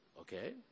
okay